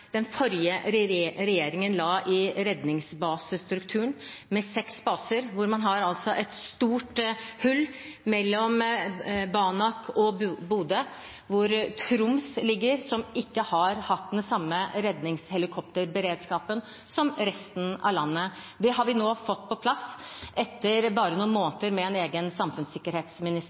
den forrige regjeringen la i redningsbasestrukturen med seks baser, hvor man altså har et stort hull mellom Banak og Bodø, i Troms, som ikke har hatt den samme redningshelikopterberedskapen som resten av landet. Det har vi nå fått på plass etter bare noen måneder med en egen samfunnssikkerhetsminister